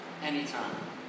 anytime